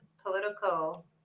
political